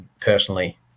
Personally